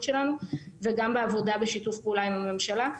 שלנו וגם בעבודה בשיתוף פעולה עם הממשלה.